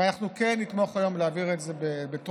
אבל אנחנו כן נתמוך היום בהעברה של זה בטרומית,